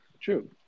true